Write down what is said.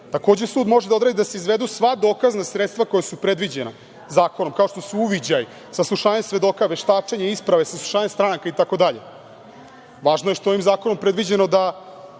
Takođe, sud može da odredi da se izvedu sva dokazna sredstva koja su predviđena zakonom, kao što su uviđaj, saslušanje svedoka, veštačenje isprave, saslušavanje stranaka itd. Važno je što je ovim zakonom predviđeno da